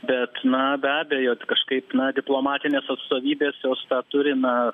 bet na be abejo kažkaip na diplomatinės atstovybės jos tą turi na